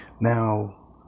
Now